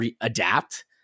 adapt